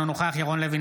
אינו נוכח ירון לוי,